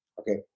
okay